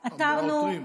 מהעותרים.